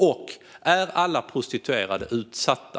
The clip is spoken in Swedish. Och är alla prostituerade utsatta?